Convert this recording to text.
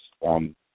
on